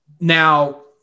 Now